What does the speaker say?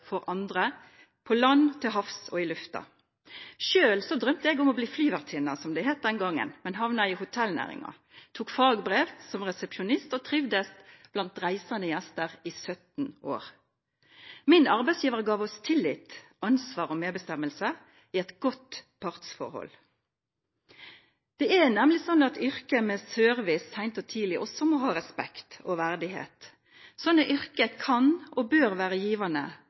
for andre, på land, til havs og i lufta. Selv drømte jeg om å bli flyvertinne, som det het den gangen, men havnet i hotellnæringen, tok fagbrev som resepsjonist og trivdes blant reisende gjester i 17 år. Min arbeidsgiver ga oss tillit, ansvar og medbestemmelse i et godt partsforhold. Det er nemlig sånn at yrker med service sent og tidlig også må ha respekt og verdighet. Slike yrker kan og bør være givende